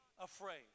afraid